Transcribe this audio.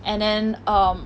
and then um